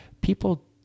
people